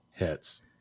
hits